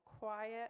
quiet